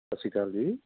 ਸਤਿ ਸ਼੍ਰੀ ਅਕਾਲ ਜੀ